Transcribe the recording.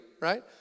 right